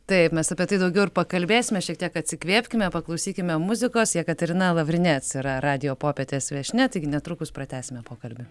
taip mes apie tai daugiau ir pakalbėsime šiek tiek atsikvėpkime paklausykime muzikos jekaterina lavrinec yra radijo popietės viešnia taigi netrukus pratęsime pokalbį